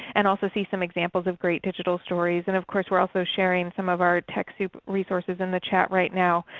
and also see some examples of great digital stories. and of course, we are also sharing some of our techsoup resources in the chat right now.